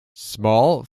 small